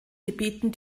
gebieten